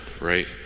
right